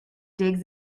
digs